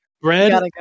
bread